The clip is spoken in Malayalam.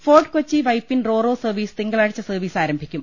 fort Kochi Vypin roro service തിങ്കളാഴ്ച സർവീസ് ആരംഭിക്കും